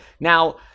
now